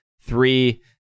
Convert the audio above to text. three